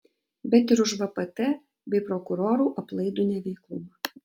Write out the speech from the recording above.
bet ir už vpt bei prokurorų aplaidų neveiklumą